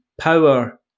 Power